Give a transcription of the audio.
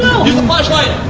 the the flash light.